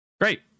Great